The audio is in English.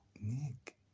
Nick